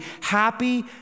happy